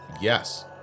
Yes